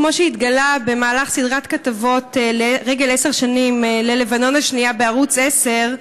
כמו שהתגלה במהלך סדרת כתבות לרגל עשר שנים ללבנון השנייה בערוץ 10,